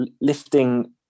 lifting